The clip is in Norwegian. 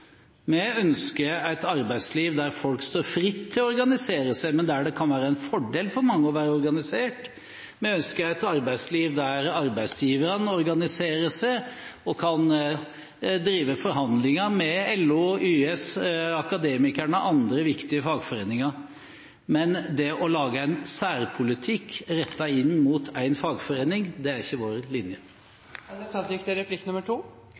vi ønsker å gå. Vi ønsker et arbeidsliv der folk står fritt til å organisere seg, men der det kan være en fordel for mange å være organisert. Vi ønsker et arbeidsliv der arbeidsgiverne organiserer seg og kan drive forhandlinger med LO, YS og Akademikerne og andre viktige fagforeninger. Men det å lage en særpolitikk rettet inn mot én fagforening er ikke vår